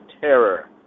Terror